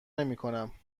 نمیکنم